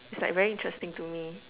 it's like very interesting to me